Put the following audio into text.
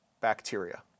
bacteria